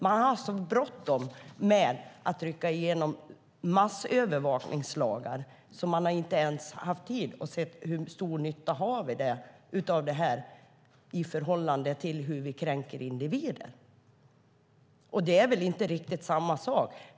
Man har haft så bråttom att trycka igenom massövervakningslagar att man inte ens har haft tid att se hur stor nytta vi har av detta i förhållande till hur vi kränker individen. Det är inte riktigt samma sak.